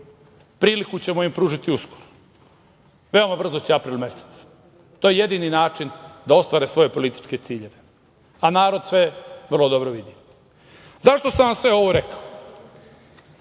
Priliku ćemo im pružiti uskoro. Veoma brzo će april mesec. To je jedini način da ostvare svoje političke ciljeve. A, narod sve vrlo dobro vidi.Zašto sam vam sve ovo rekao?